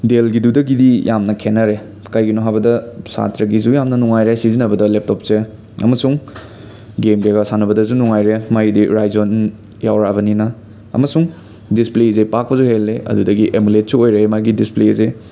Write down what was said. ꯗꯦꯜꯒꯤꯗꯨꯗꯒꯤꯗꯤ ꯌꯥꯝꯅ ꯈꯦꯠꯅꯔꯦ ꯀꯩꯒꯤꯅꯣ ꯍꯥꯏꯕꯗ ꯁꯥꯇ꯭ꯔꯒꯤꯁꯨ ꯌꯥꯝꯅ ꯅꯨꯡꯉꯥꯏꯔꯦ ꯁꯤꯖꯤꯟꯅꯕꯗ ꯂꯦꯞꯇꯣꯞꯁꯦ ꯑꯃꯁꯨꯡ ꯒꯦꯝ ꯀꯩꯀꯥ ꯁꯥꯟꯅꯕꯗꯁꯨ ꯅꯨꯡꯉꯥꯏꯔꯦ ꯃꯥꯏꯗꯤ ꯔꯥꯏꯖꯦꯟ ꯌꯥꯎꯔꯛꯑꯕꯅꯤꯅ ꯑꯃꯁꯨꯡ ꯗꯤꯁꯄ꯭ꯂꯦꯁꯦ ꯄꯥꯛꯄꯁꯨ ꯍꯦꯜꯂꯤ ꯑꯗꯨꯗꯒꯤ ꯑꯃꯣꯂꯦꯠꯁꯨ ꯑꯣꯏꯔꯦ ꯃꯥꯒꯤ ꯗꯤꯁꯄ꯭ꯂꯦꯁꯦ